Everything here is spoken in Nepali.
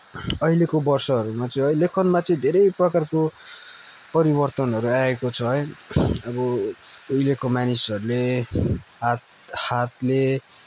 अहिलेको वर्षहरूमा चाहिँ है लेखनमा चाहिँ धेरै प्रकारको परिवर्तनहरू आएको छ है अब उहिलेको मानिसहरूले हात हातले